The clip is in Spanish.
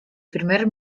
primer